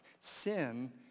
sin